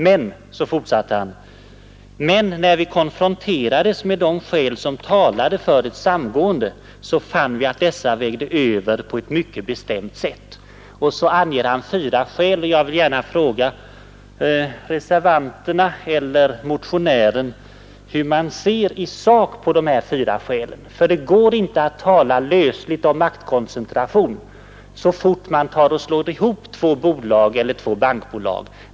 Han forsätter: ”Men när vi konfronterades med de skäl som talade för ett samgående fann vi att dessa vägde över på ett mycket bestämt sätt.” Så anger han fyra skäl, och jag vill gärna fråga reservanterna och motionären herr Olof Johansson i Stockholm hur de ser i sak på dessa fyra skäl. För det går inte att tala lösligt om maktkoncentration så fort man slår ihop två bolag eller bankbolag.